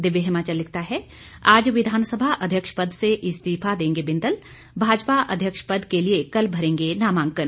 दिव्य हिमाचल लिखता है आज विधानसभा अध्यक्ष पद से इस्तीफा देंगे बिंदल भाजपा अध्यक्ष पद के लिए कल भरेंगे नामांकन